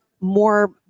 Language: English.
more